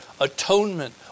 atonement